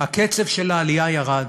הקצב של העלייה ירד.